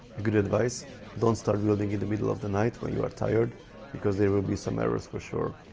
good advice don't start building in the middle of the night when you are tired because there will be some errors for sure,